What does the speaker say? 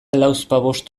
lauzpabost